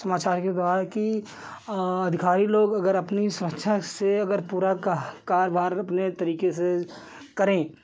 समाचार के द्वारा कि अधिकारी लोग अगर अपनी सुरक्षा से अगर पूरा का कार्यभार अगर अपने तरीके से करें